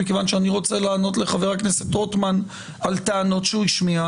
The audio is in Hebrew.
מכיוון שאני רוצה לענות לחבר הכנסת רוטמן על טענות שהוא השמיע,